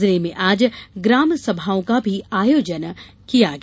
जिले में आज ग्रामसभाओं का भी आयोजन किया गया